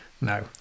No